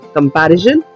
comparison